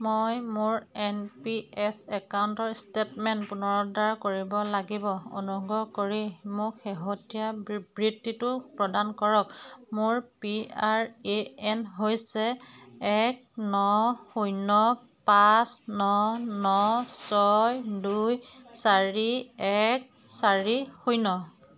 মই মোৰ N P S একাউণ্টৰ ষ্টেটমেণ্ট পুনৰুদ্ধাৰ কৰিব লাগিব অনুগ্ৰহ কৰি মোক শেহতীয়া বিবৃতিটো প্ৰদান কৰক মোৰ পি আৰ এ এন হৈছে এক ন শূন্য পাঁচ ন ন ছয় দুই চাৰি এক চাৰি শূন্য